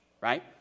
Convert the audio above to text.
right